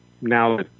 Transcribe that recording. now